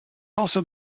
also